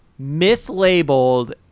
mislabeled